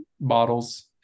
bottles